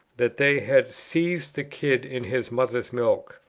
that they had seethed the kid in his mother's milk.